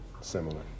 similar